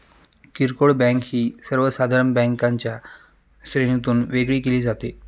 किरकोळ बँक ही सर्वसाधारण बँकांच्या श्रेणीतून वेगळी केली जाते